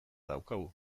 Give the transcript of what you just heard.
daukagu